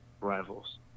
rivals